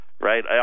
right